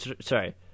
Sorry